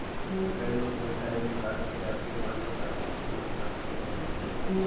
कई लोग पईसा जब निकाल के जाते बाने तअ डाकू उनकर पईसा लूट लेत बाने